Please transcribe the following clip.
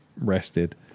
rested